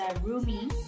Rumi